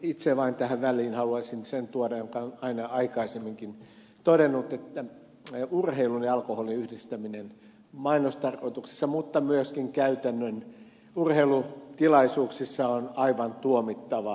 itse tähän väliin haluaisin vain sen tuoda esiin jonka aina aikaisemminkin olen todennut että urheilun ja alkoholin yhdistäminen mainostarkoituksessa mutta myöskin käytännön urheilutilaisuuksissa on aivan tuomittavaa